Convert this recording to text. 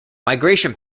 migration